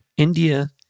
India